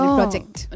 project